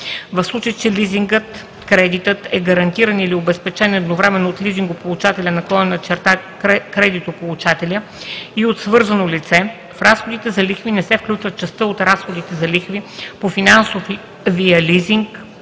„В случай че лизингът/кредитът е гарантиран или обезпечен едновременно от лизингополучателя/кредитополучателя и от свързано лице, в разходите за лихви не се включва частта от разходите за лихви по финансовия